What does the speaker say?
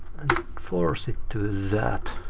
force it to that.